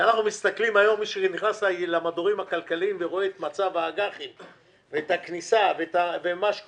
מי שנכנס היום למדורים הכלכליים ורואה את מצב האג"חים ואת מה שקורה,